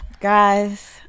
Guys